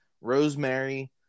Rosemary